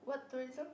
what tourism